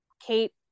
Kate